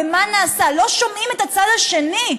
במה נעשה,